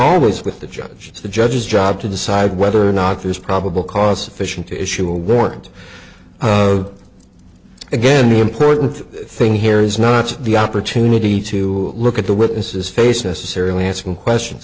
always with the judge the judge's job to decide whether or not there is probable cause official to issue a warrant again the important thing here is not the opportunity to look at the witnesses face necessarily asking questions